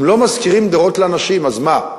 אם לא משכירים דירות לאנשים, אז מה,